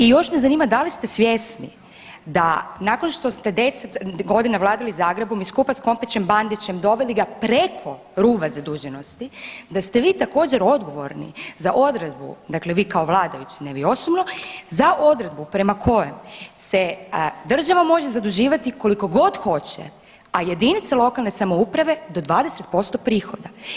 I još me zanima da li ste svjesni da nakon što ste deset godina vladali Zagrebom i supa sa kompićem Bandićem doveli ga preko ruba zaduženosti, da ste vi također odgovorni za odredbu, dakle vi kao vladajući ne vi osobno, za odredbu prema kojoj se država može zaduživati koliko god hoće, a jedinice lokalne samouprave do 20% prihoda.